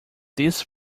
this